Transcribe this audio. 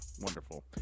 Wonderful